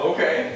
Okay